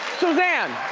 suzanne.